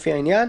לפי העניין,